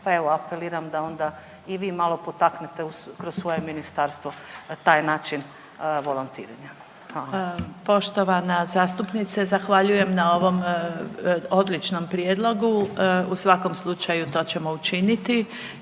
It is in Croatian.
Pa evo, apeliram da onda i vi malo potaknete kroz svoje ministarstvo taj način volontiranja. Hvala. **Pletikosa, Marija** Poštovana zastupnice, zahvaljujem na ovom odličnom prijedlogu. U svakom slučaju to ćemo učiniti.